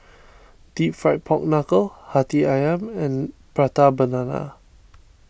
Deep Fried Pork Knuckle Hati Ayam and Prata Banana